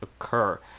occur